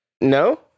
No